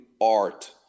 art